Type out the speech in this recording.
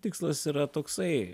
tikslas yra toksai